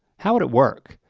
how would it work?